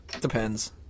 Depends